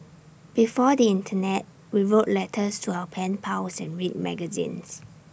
before the Internet we wrote letters to our pen pals and read magazines